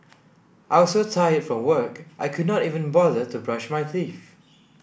I was so tired from work I could not even bother to brush my teeth